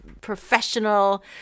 professional